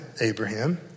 Abraham